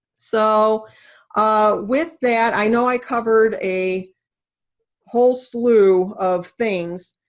so with that, i know i covered a whole slew of things.